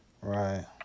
Right